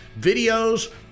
videos